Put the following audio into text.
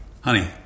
Honey